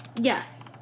yes